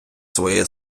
своєї